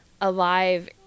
alive